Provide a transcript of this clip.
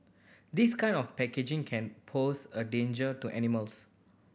this kind of packaging can pose a danger to animals